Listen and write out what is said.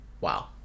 Wow